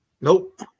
Nope